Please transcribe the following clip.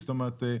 זאת אומרת,